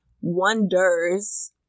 Wonders